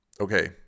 Okay